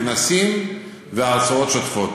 כנסים והרצאות שוטפות.